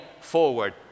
forward